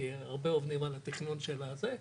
כי הרבה עובדים על התכנון של הזה,